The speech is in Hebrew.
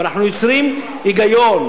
אבל אנחנו יוצרים היגיון,